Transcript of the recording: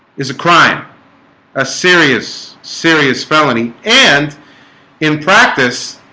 is a crime a serious serious felony and in practice